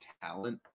talent